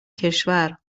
کشور